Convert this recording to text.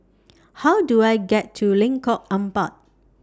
How Do I get to Lengkok Empat